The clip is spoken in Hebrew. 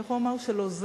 איך הוא אמר: של עוזר,